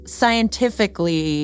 scientifically